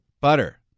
Butter